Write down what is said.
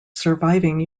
surviving